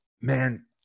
man